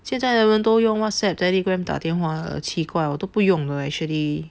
现在的人都用 WhatsApp Telegram 打电话奇怪我都不用的 actually